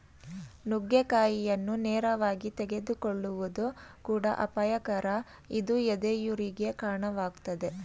ನುಗ್ಗೆಕಾಯಿಯನ್ನು ನೇರವಾಗಿ ತೆಗೆದುಕೊಳ್ಳುವುದು ಕೂಡ ಅಪಾಯಕರ ಇದು ಎದೆಯುರಿಗೆ ಕಾಣವಾಗ್ತದೆ